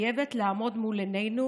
חייבת לעמוד מול עינינו